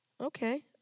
Okay